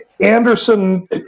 Anderson